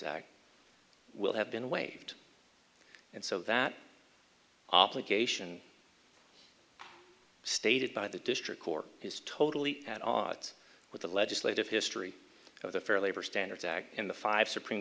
act will have been waived and so that obligation stated by the district court is totally at odds with the legislative history of the fair labor standards act in the five supreme